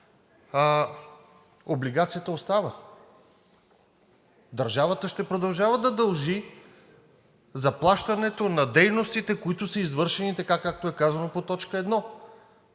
облигацията остава. Държавата ще продължава да дължи заплащането на дейностите, които са извършени така, както е казано по точка 1.